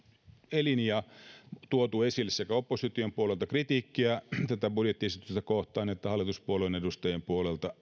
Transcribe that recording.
elin on tuotu esille sekä opposition puolelta kritiikkiä tätä budjettiesitystä kohtaan että hallituspuolueiden edustajien puolelta